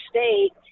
State